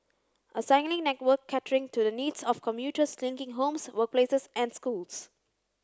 a cycling network catering to the needs of commuters linking homes workplaces and schools